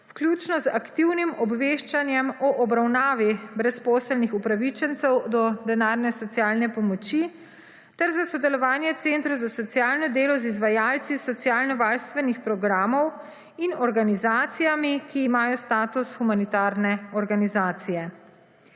vključno z aktivnim obveščanjem o obravnavi brezposelnih upravičencev do denarne socialne pomoči, ter za sodelovanje Centrov za socialno delo z izvajalci socialno varstvenih programov in organizacijami, ki imajo status humanitarne organizacije.